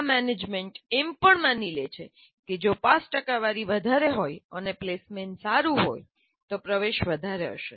આ મેનેજમેન્ટ એમ પણ માની લે છે કે જો પાસ ટકાવારી વધારે હોય અને પ્લેસમેન્ટ સારૂ હોય તો પ્રવેશ વધારે હશે